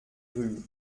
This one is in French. rue